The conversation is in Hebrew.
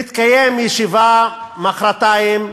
תתקיים ישיבה מחרתיים,